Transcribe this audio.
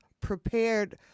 prepared